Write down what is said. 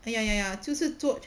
哎呀呀呀就是做